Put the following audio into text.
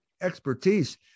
expertise